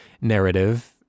narrative